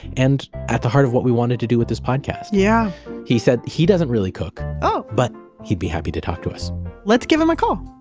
and at the heart of what we wanted to do with this podcast. yeah he said, he doesn't really cook but he'd be happy to talk to us let's give him a call